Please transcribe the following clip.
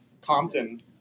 Compton